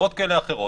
מסיבות כאלה ואחרות,